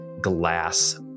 glass